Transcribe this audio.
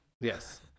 Yes